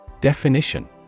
Definition